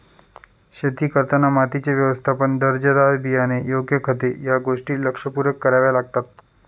शेती करताना मातीचे व्यवस्थापन, दर्जेदार बियाणे, योग्य खते या गोष्टी लक्षपूर्वक कराव्या लागतात